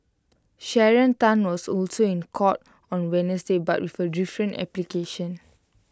Sharon Tan was also in court on Wednesday but with A different application